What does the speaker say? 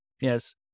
Yes